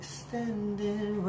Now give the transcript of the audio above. standing